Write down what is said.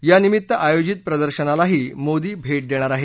यानिमित्त आयोजित प्रदर्शनालाही मोदी भेट देणार आहेत